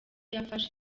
yafashe